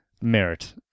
merit